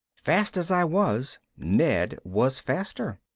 fast as i was, ned was faster.